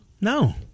No